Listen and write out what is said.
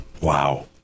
Wow